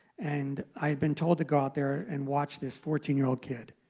and i've been told to go out there and watch this fourteen year old kid.